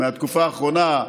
מהתקופה האחרונה,